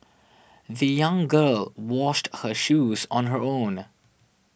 the young girl washed her shoes on her own